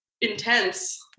intense